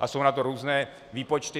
a jsou na to různé výpočty.